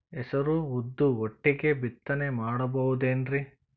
ಹೆಸರು ಉದ್ದು ಒಟ್ಟಿಗೆ ಬಿತ್ತನೆ ಮಾಡಬೋದೇನ್ರಿ?